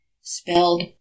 spelled